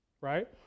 right